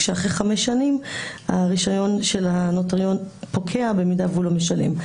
כאשר אחרי חמש שנים הרישיון של הנוטריון פוקע אם הוא לא משלם.